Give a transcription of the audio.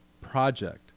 project